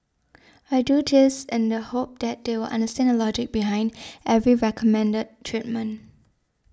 I do this in the hope that they will understand the logic behind every recommended treatment